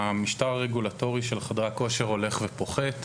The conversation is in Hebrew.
המשטר הרגולטורי של חדרי הכושר הולך ופוחת.